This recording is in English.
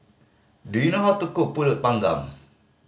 do you know how to cook Pulut Panggang